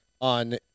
on